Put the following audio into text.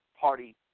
Party